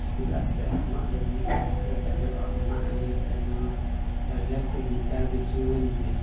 ᱪᱮᱫᱟᱜ ᱥᱮ ᱟᱢᱟᱜ ᱫᱚ ᱢᱤᱫ ᱜᱷᱟᱹᱲᱤᱡᱛᱮ ᱪᱟᱨᱡᱚᱜᱼᱟ ᱚᱱᱟ ᱤᱭᱟᱹᱛᱮ ᱱᱚᱣᱟ ᱪᱟᱨᱡᱟᱨ ᱛᱮᱜᱮ ᱪᱟᱨᱡᱽ ᱦᱚᱪᱚᱣᱟᱹᱧ ᱢᱮ